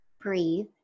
breathe